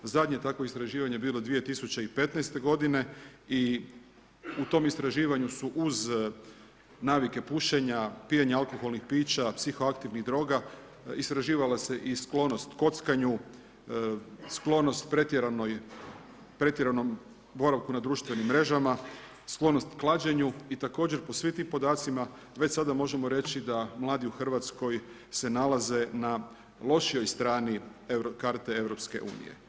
Zadnje je tako istraživanje bilo 2015. godine i u tom istraživanju su uz navike pušenja, pijenja alkoholnih pića, psiho aktivnih droga, istraživala se i sklonost kockanju, sklonost pretjeranom boravku na društvenim mrežama, sklonost klađenju i također po svim tim podacima već sada možemo reći da mladi u Hrvatskoj se nalaze na lošijoj strani karte EU.